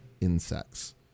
insects